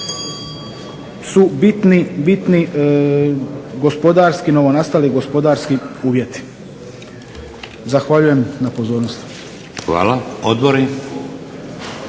su bitni gospodarski, novonastali gospodarski uvjeti. Zahvaljujem na pozornosti.